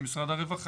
עם משרד הרווחה.